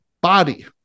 body